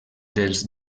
dels